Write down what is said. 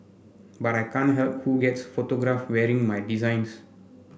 but I can't help who gets photographed wearing my designs